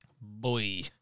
boy